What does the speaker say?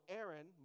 Aaron